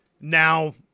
Now